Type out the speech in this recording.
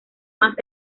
más